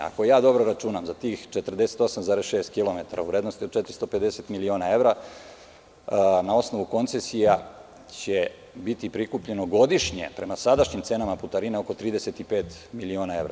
Ako ja dobro računam, za tih 48,6 kilometara, u vrednosti od 450 miliona evra, na osnovu koncesija će biti prikupljeno godišnje, prema sadašnjim cenama putarine, oko 35 miliona evra.